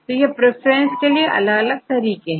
तो यहां प्रिंफरेंस के लिए अलग अलग तरीके हैं